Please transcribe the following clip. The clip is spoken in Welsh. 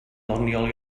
ddoniol